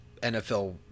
NFL